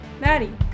Maddie